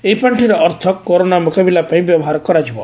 ଏହି ପାଖିର ଅର୍ଥ କରୋନା ମ୍ରକାବିଲା ପାଇଁ ବ୍ୟବହାର କରାଯିବ